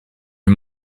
est